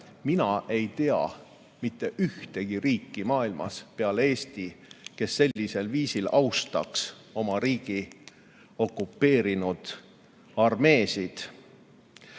mina ei tea mitte ühtegi riiki maailmas peale Eesti, kes sellisel viisil austab oma riiki okupeerinud armeesid.